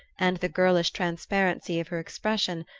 and the girlish transparency of her expression,